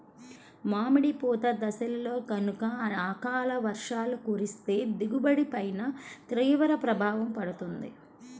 మామిడి పూత దశలో గనక అకాల వర్షాలు కురిస్తే దిగుబడి పైన తీవ్ర ప్రభావం పడుతుంది